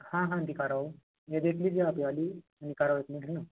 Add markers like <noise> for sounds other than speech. हाँ हाँ दिखा रहा हूँ ये देख लीजिए आप ये वाली <unintelligible>